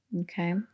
okay